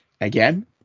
Again